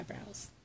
eyebrows